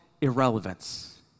irrelevance